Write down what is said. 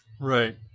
Right